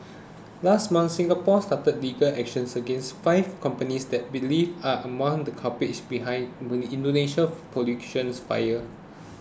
last month Singapore started legal action against five companies that believes are among the culprits behind Indonesia's pollutions fires